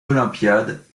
olympiades